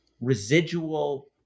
residual